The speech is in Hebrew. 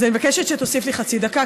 אז אני מבקשת שתוסיף לי חצי דקה,